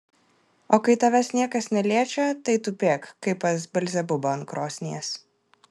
o kai tavęs niekas neliečia tai tupėk kaip pas belzebubą ant krosnies